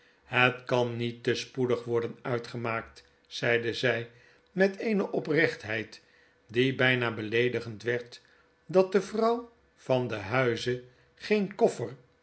het kan niet te spoedig worden uitgemaakt zeide zy met eene oprechtheid die byna beleedigend werd dat de vrouw van den huize geen